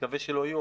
נקווה שלא יהיו,